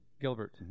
Gilbert